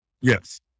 Yes